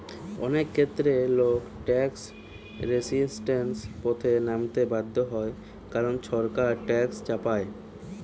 অনেক ক্ষেত্রে লোক ট্যাক্স রেজিস্ট্যান্সের পথে নামতে বাধ্য হয় কারণ সরকার ট্যাক্স চাপায়